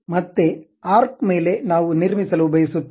ಮತ್ತೆ ಆರ್ಕ್ ಮೇಲೆ ನಾವು ನಿರ್ಮಿಸಲು ಬಯಸುತ್ತೇವೆ